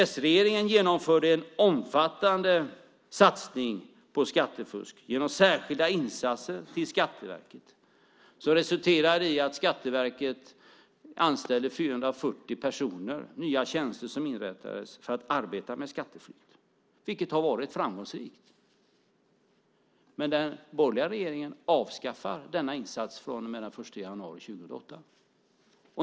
S-regeringen genomförde en omfattande satsning på skattefusk genom särskilda insatser till Skatteverket. Det resulterade i att Skatteverket anställde 440 personer, nya tjänster inrättades, för att arbeta med skattefusk. Det har varit framgångsrikt. Men den borgerliga regeringen avskaffar denna insats från och med den 1 januari 2008.